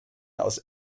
aus